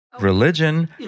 Religion